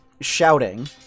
shouting